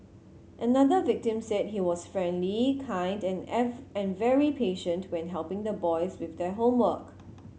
another victim said he was friendly kind and and very patient when helping the boys with their homework